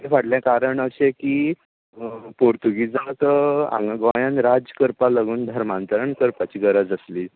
ताजे फाटले कारण अशे पोर्तूगीजांक हांगा गोयांत राज्य करपा लागून धर्मांतरण करपाची गरज आसली